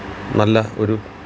നല്ല ഒരു